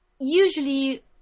usually